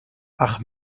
ach